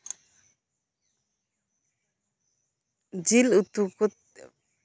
ᱡᱮᱞ ᱩᱛᱩ